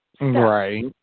right